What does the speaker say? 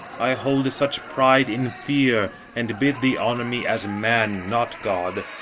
i hold such pride in fear, and bid thee honour me as man, not god.